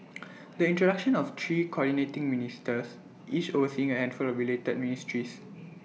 the introduction of three Coordinating Ministers each overseeing A handful of related ministries